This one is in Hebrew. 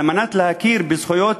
על מנת להכיר בזכויות